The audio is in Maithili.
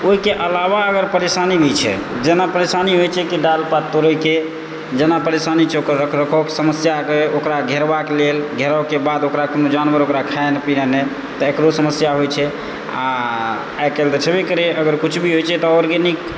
ओहिके अलावा अगर परेशानी छै जेना परेशानी होइत छै कि बाल तोड़ैके जेना परेशानी छै ओकर रख रखाव कऽ समस्याकेँ ओकरा घेरबाक लेल घेरावकेेँ बाद ओकरा कोनो जानवर ओकरा खाए पियै नहि तऽ एकरो समस्या होइत छै आ आइकाल्हि तऽ छैबे करै अगर किछु भी होइत छै तऽ ऑर्गेनिक